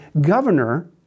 governor